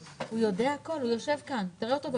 חשוב לי להדגיש שלא סתם יש כאן שתי פניות נפרדות.